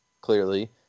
clearly